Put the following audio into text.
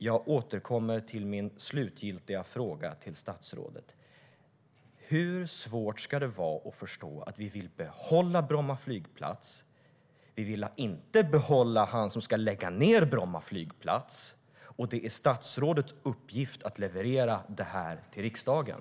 Jag återkommer till min slutgiltiga fråga till statsrådet: Hur svårt kan det vara att förstå att vi vill behålla Bromma flygplats, att vi inte vill behålla den person som ska lägga ned Bromma flygplats och att det är statsrådets uppgift att leverera detta till riksdagen?